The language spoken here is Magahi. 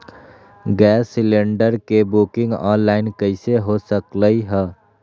गैस सिलेंडर के बुकिंग ऑनलाइन कईसे हो सकलई ह?